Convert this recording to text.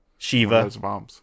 Shiva